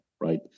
right